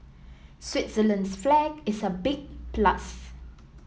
Switzerland's flag is a big plus